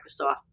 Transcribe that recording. Microsoft